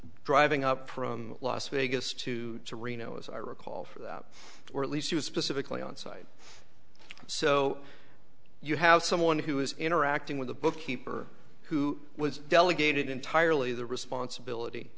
driving up from las vegas to serino as i recall for that or at least he was specifically onsite so you have someone who is interacting with the bookkeeper who was delegated entirely the responsibility